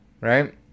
right